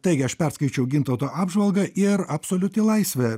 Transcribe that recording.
taigi aš perskaičiau gintauto apžvalgą ir absoliuti laisvė